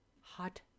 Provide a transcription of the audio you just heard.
Hot